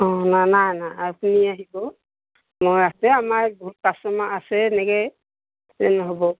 অঁ নাই নাই নাই আপুনি আহিব মই আছে আমাৰ বহুত কাষ্টমাৰ আছে এনেকৈয়ে কেলৈ নহ'ব